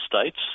States